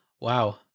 Wow